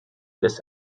this